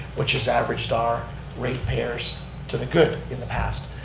which has averaged our rate payers to the good in the past.